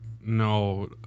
no